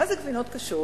מה זה גבינות קשות?